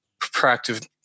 proactive